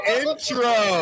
intro